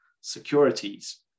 securities